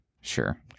Sure